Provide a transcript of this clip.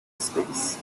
space